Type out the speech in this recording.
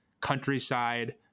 countryside